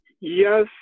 Yes